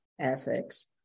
ethics